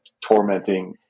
tormenting